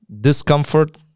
discomfort